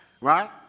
right